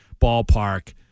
ballpark